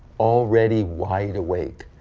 already wide awake.